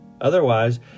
Otherwise